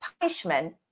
punishment